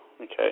Okay